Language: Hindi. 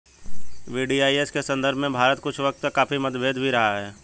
वी.डी.आई.एस के संदर्भ में भारत में कुछ वक्त तक काफी मतभेद भी रहा है